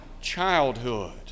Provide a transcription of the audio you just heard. childhood